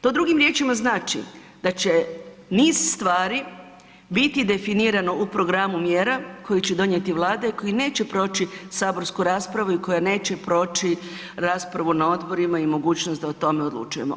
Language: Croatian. To drugim riječima znači, da će niz stvari biti definirano u programu mjera koji će donijeti Vlada koji neće proći saborsku raspravu i koja neće proći raspravu na odborima i mogućnost da o tome odlučujemo.